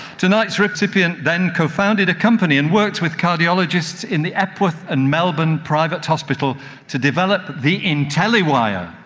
tonight's recipient then co-founded a company and worked with cardiologists in the epworth and melbourne private hospital to develop the intelliwire.